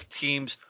teams